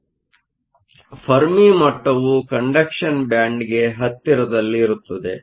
ಆದ್ದರಿಂದ ಫೆರ್ಮಿ ಮಟ್ಟವು ಕಂಡಕ್ಷನ್ ಬ್ಯಾಂಡ್Conduction bandಗೆ ಹತ್ತಿರದಲ್ಲಿರುತ್ತದೆ